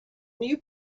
new